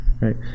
Right